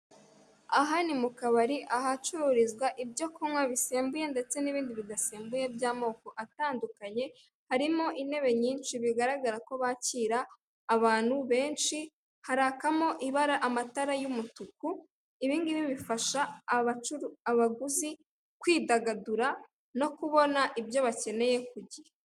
Aha ni mukabari ahacururizwa ibyo kunywa bisembuye ndetse nibindi bidasembuye byamoko atandukanye harimo intebe nyinshi bigaragara ko bakira abantu benshi, harakamo ibara amatara y'umutuku, ibingibi bifasha abaguzi kwidagadura no kubona ibyo bakeneye ku gihe.